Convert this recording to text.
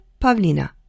Pavlina